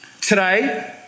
Today